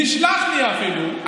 נשלחתי אפילו,